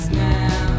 now